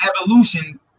evolution